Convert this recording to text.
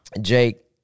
Jake